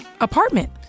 apartment